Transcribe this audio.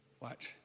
Watch